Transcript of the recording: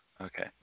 Okay